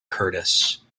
curtis